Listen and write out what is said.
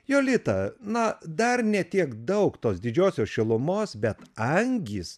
jolita na dar ne tiek daug tos didžiosios šilumos bet angys